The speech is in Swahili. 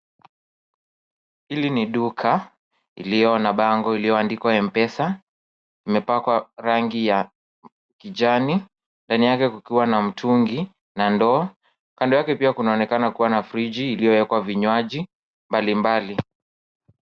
Hili ni duka iliyo na bango iliyoandikwa M-Pesa imepakwa rangi ya kijani, ndani yake kukiwa na mtungi na ndoo. Kando yake pia kunaonekana kuwa na friji iliyowekwa vinywaji mbalimbali.